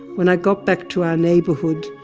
when i got back to our neighborhood,